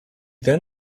then